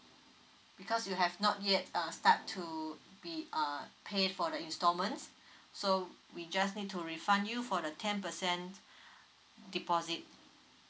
because you have not yet uh start to be uh pay for the instalments so we just need to refund you for the ten percent deposit